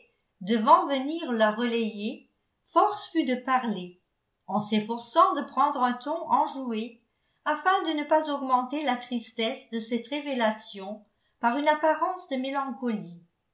devant venir la relayer force fut de parler en s'efforçant de prendre un ton enjoué afin de ne pas augmenter la tristesse de cette révélation par une apparence de mélancolie